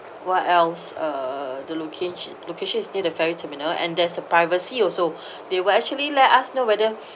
what else uh the location location is near the ferry terminal and there's a privacy also they will actually let us know whether